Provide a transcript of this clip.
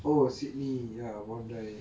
oh sydney ya bondi